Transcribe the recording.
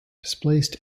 displaced